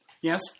Yes